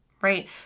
Right